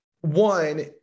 One